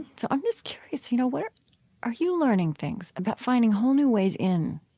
so i'm just curious. you know, where are you learning things about finding whole new ways in?